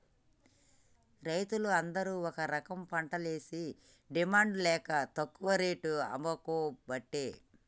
రైతులు అందరు ఒక రకంపంటలేషి డిమాండ్ లేక తక్కువ రేటుకు అమ్ముకోబట్టే